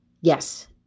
Yes